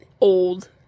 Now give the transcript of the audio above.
old